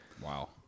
Wow